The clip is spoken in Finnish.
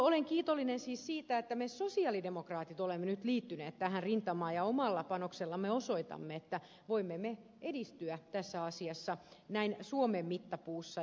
olen kiitollinen siis siitä että me sosialidemokraatit olemme nyt liittyneet tähän rintamaan ja omalla panoksellamme osoitamme että voimme me edistyä tässä asiassa näin suomen mittapuussa